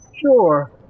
Sure